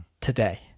today